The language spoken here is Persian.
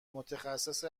متخصص